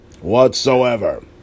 whatsoever